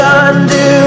undo